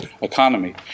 economy